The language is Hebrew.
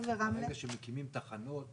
ברגע שמקימים תחנות,